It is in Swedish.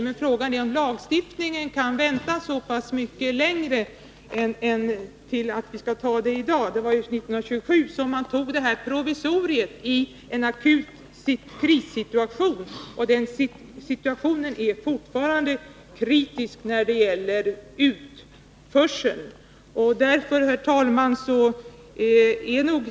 Men frågan är om en lagstiftning kan vänta så pass mycket längre och om vi inte bör ta beslutet i dag. Det var ju 1927 som man fattade beslut om det här provisoriet, i en akut krissituation. Och situationen är fortfarande kritisk när det gäller utförsel. Herr talman!